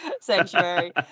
sanctuary